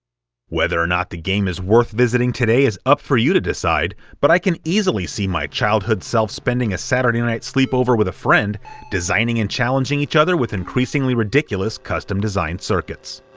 whether or not the game is worth visiting today is up for you to decide, but i can easily see my childhood self spending a saturday night sleep-over with a friend designing and challenging each other with increasingly ridiculous custom-designed circuits.